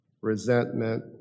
resentment